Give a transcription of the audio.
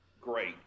Great